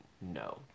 No